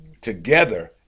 together